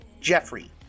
Jeffrey